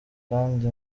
kandi